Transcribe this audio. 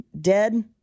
dead